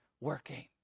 working